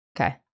Okay